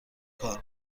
کار